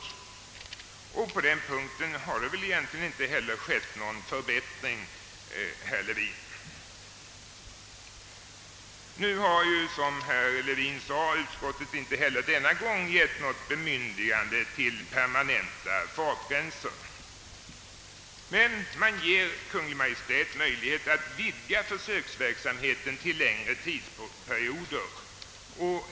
Som herr Levin sade har utskottet inte heller denna gång givit något bemyndigande till permanenta fartgränser. Men man ger Kungl. Maj:t möjlighet att vidga försöksverksamheten till längre tidsperioder.